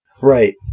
Right